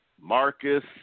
Marcus